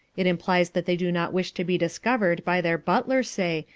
it implies that they do not wish to be discovered by their butler, say,